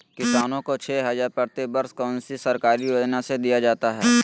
किसानों को छे हज़ार प्रति वर्ष कौन सी सरकारी योजना से दिया जाता है?